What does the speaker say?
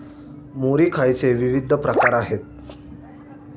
मुरी खायचे विविध प्रकार आहेत